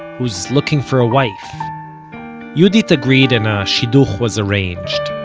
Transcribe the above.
who's looking for a wife yehudit agreed, and a shiduch was arranged.